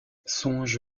songe